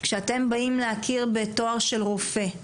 כשאתם באים להכיר בתואר של רופא,